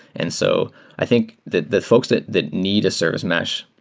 and so i think the the folks that that need a service mesh,